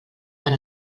per